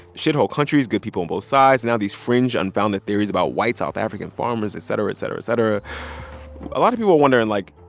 shithole countries, good people on both sides, now these fringe, unfounded theories about white south african farmers, et cetera, et cetera, et cetera a lot of people are wondering, like,